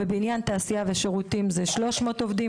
בבניין, תעשייה ושירותים זה 300 עובדים.